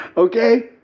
okay